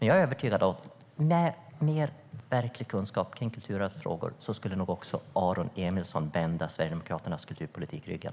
Jag är övertygad om att med verklig kunskap om kulturarvsfrågor skulle nog också Aron Emilsson vända Sverigedemokraternas kulturpolitik ryggen.